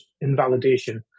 invalidation